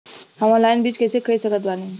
हम ऑनलाइन बीज कइसे खरीद सकत बानी?